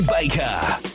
Baker